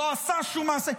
לא עשה שום מעשה,